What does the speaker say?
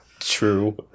True